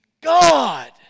God